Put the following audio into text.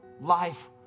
life